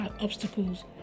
obstacles